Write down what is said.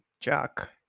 Jack